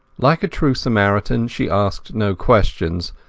like a true samaritan she asked no questions,